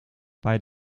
bei